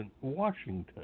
Washington